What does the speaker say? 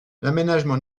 l’aménagement